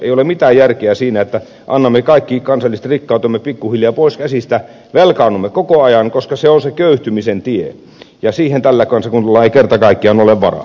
ei ole mitään järkeä siinä että annamme kaikki kansalliset rikkautemme pikkuhiljaa pois käsistämme velkaannumme koko ajan koska se on se köyhtymisen tie ja siihen tällä kansakunnalla ei kerta kaikkiaan ole varaa